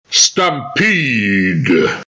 Stampede